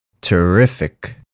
Terrific